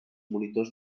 monitors